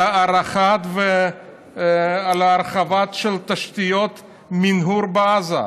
על הארכה והרחבה של תשתיות מנהור בעזה.